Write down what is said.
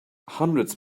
hundreds